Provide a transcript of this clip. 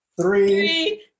three